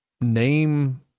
name